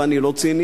ואני לא ציני.